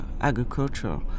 agriculture